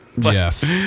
Yes